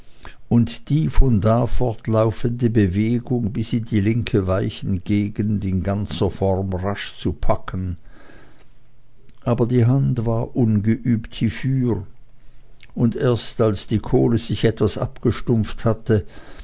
und die von da fortlaufende bewegung bis in die linke weichengegend in ganzer form rasch zu packen aber die hand war ungeübt hiefür und erst als die kohle sich etwas abgestumpft hatte